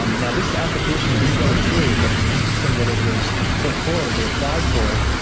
um now, this application didn't go through, but it's interesting that it was put forward. they applied for it,